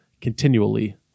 continually